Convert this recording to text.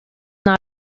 not